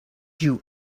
you